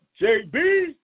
JB